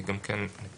גם כן נקודה.